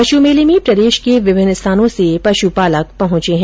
पश् मेले में प्रदेश के विभिन्न स्थानों से पशु पालक पहुंचे है